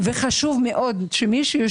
ועכשיו היא בהתמוטטות טוטלית.